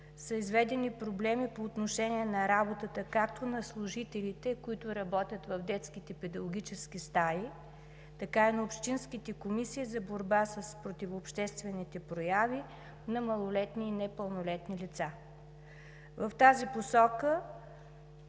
са изведени проблеми по отношение на работата както на служителите, които работят в детските педагогически стаи, така и на общинските комисии за борба с противообществените прояви на малолетни и непълнолетни деца. В тази посока